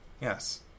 Yes